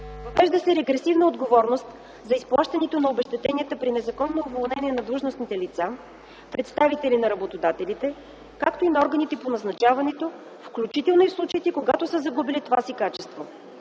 Въвежда се регресна отговорност за изплащането на обезщетенията при незаконно уволнение за длъжностните лица, представителите на работодателите, както и на органите по назначаването, включително и в случаите, когато са загубили това си качество.